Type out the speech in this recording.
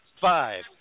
five